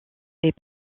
est